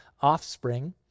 offspring